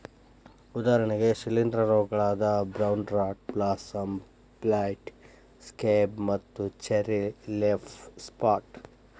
ಉದಾಹರಣೆಗೆ ಶಿಲೇಂಧ್ರ ರೋಗಗಳಾದ brown rot blossom blight, scab ಮತ್ತು ಚೆರ್ರಿ ಲೇಫ್ ಸ್ಪಾಟ್